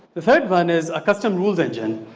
the third one is a custom rules engine.